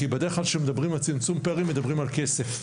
כי בדרך כלל כשמדברים על צמצום פערים מדברים על כסף,